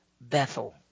Bethel